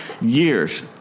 years